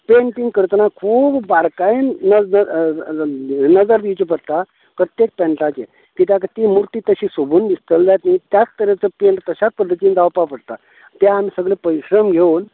painting करतना खूब बारकायेन नजर दिवची पडटा प्रत्येक पेण्टाचेर कित्याक ती म्हुर्ती तशी सोबून दिसतली जाल्यार ती त्यच तरेचो पेण्ट तश्याच पद्दतीन जावपा पडटा तें आमी सगळें परिश्रम घेवन